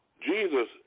Jesus